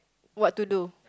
what to do